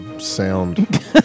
Sound